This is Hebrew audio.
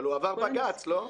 אבל הוא עבר בג"ץ, לא?